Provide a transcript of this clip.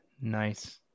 Nice